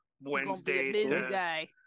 Wednesday